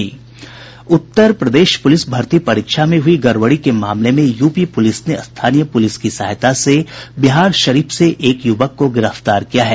उत्तर Pradesh police भर्ती परीक्षा में हुई गड़बड़ी के मामले में यूपी पुलिस ने स्थानीय पुलिस की सहायता से बिहारशरीफ से एक युवक को गिरफ्तार किया है